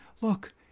Look